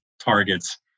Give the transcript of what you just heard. Targets